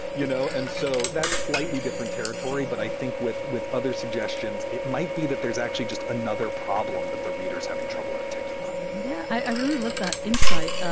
you know. and so that's slightly different territory. but i think with with other suggestions, it might be that there's actually just another problem that the reader is having trouble articulating yeah i really love the insight.